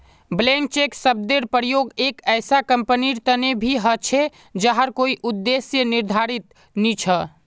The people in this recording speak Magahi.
ब्लैंक चेक शब्देर प्रयोग एक ऐसा कंपनीर तने भी ह छे जहार कोई उद्देश्य निर्धारित नी छ